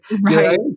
Right